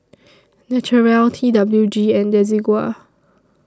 Naturel T W G and Desigual